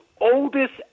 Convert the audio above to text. oldest